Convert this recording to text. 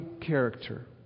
character